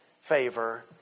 favor